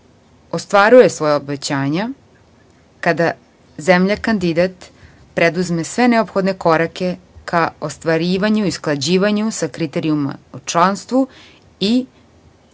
ostvaruje svoja obećanja kada zemlja kandidat preduzme sve neophodne korake ka ostvarivanju i usklađivanju sa kriterijumima o članstvu i ostvarivanju